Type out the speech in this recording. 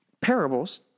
Parables